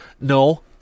no